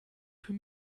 für